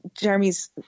Jeremy's